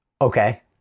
okay